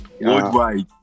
worldwide